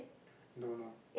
don't know